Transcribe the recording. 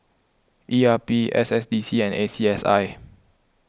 E R P S S D C and A C S I